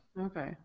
Okay